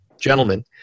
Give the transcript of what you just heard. gentlemen